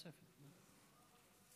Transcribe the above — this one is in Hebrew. כבוד היושב-ראש,